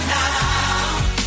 now